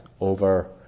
over